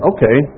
Okay